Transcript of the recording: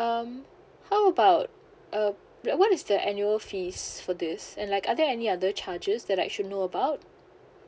um how about uh and what is the annual fees for this and like are there any other charges that I should know about